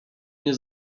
nie